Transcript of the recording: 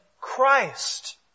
Christ